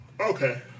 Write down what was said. okay